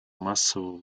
массового